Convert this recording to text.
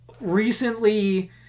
recently